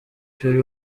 perry